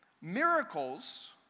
Miracles